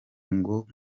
ngo